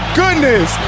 goodness